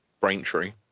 Braintree